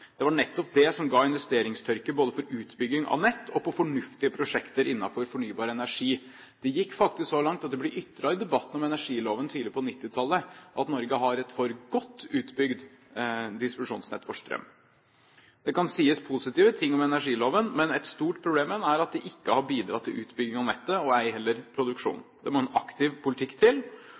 Det var nettopp det som ga investeringstørke både når det gjelder utbygging av nett, og når det gjelder fornuftige prosjekter innenfor fornybar energi. Det gikk faktisk så langt at det ble ytret i debatten om energiloven tidlig på 1990-tallet at Norge har et for godt utbygd distribusjonsnett for strøm. Det kan sies positive ting om energiloven, men et stort problem med den er at den ikke har bidratt til utbygging av nettet, ei heller til produksjon. Det må en aktiv politikk til.